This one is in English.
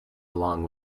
along